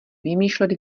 vymýšlet